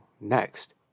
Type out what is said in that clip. next